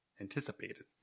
anticipated